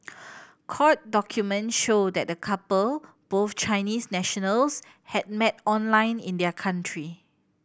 court documents show that the couple both Chinese nationals had met online in their country